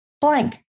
blank